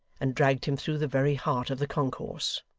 and dragged him through the very heart of the concourse.